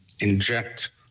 inject